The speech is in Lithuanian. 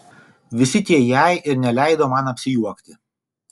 visi tie jei ir neleido man apsijuokti